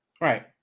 Right